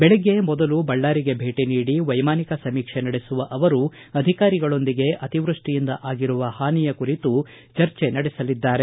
ಬೆಳಗ್ಗೆ ಮೊದಲು ಬಳ್ಳಾರಿಗೆ ಭೇಟ ನೀಡಿ ವೈಮಾನಿಕ ಸಮೀಕ್ಷೆ ನಡೆಸುವ ಅವರು ಅಧಿಕಾರಿಗಳೊಂದಿಗೆ ಅತಿವೃಷ್ಷಿಯಿಂದ ಆಗಿರುವ ಹಾನಿಯ ಕುರಿತು ಚರ್ಚಿ ನಡೆಸಲಿದ್ದಾರೆ